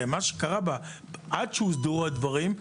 עד שהוסדרו הדברים,